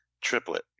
Triplet